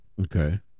Okay